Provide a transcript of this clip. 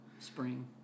spring